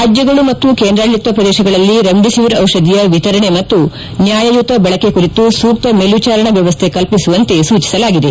ರಾಜ್ಯಗಳು ಮತ್ತು ಕೇಂದ್ರಾಡಳಿತ ಪ್ರದೇಶಗಳಲ್ಲಿ ರೆಮ್ಡಿಸಿವಿರ್ ಔಷಧಿಯ ವಿತರಣೆ ಮತ್ತು ನ್ಯಾಯಯುತ ಬಳಕೆ ಕುರಿತು ಸೂಕ್ತ ಮೇಲ್ವಿಚಾರಣಾ ವ್ಯವಸ್ಥೆ ಕಲ್ವಿಸುವಂತೆ ಸೂಚಿಸಲಾಗಿದೆ